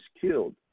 killed